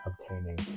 obtaining